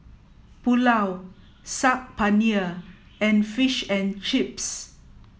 Pulao Saag Paneer and Fish and Chips